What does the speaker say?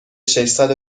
ششصد